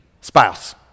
spouse